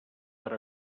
per